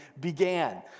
began